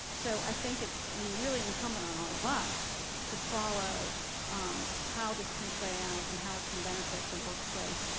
so, i think it's and really incumbent on all of us to follow um how this can play out and how it can benefit the workplace.